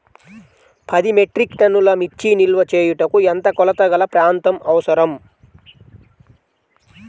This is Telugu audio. పది మెట్రిక్ టన్నుల మిర్చి నిల్వ చేయుటకు ఎంత కోలతగల ప్రాంతం అవసరం?